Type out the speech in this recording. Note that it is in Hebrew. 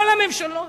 כל הממשלות?